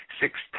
six